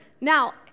Now